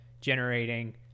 generating